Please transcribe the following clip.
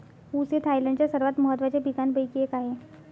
ऊस हे थायलंडच्या सर्वात महत्त्वाच्या पिकांपैकी एक आहे